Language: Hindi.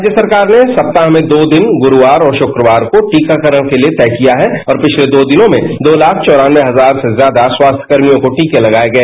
राज्य सरकार ने सप्ताह में दो दिन गुरुवार और शुक्रवार को टीकाकरण के लिए तय किया है और पिछले दो दिनों में दो लाख क्ष हजार से ज्यादा स्वास्थ्य कर्मियों को टीके लगाए गए